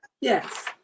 Yes